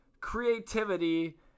creativity